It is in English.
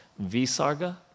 visarga